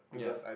yeah